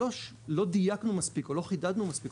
לא דייקנו מספיק או לא חידדנו מספיק,